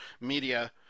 media